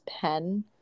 pen